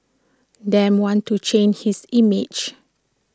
Dem wants to change his image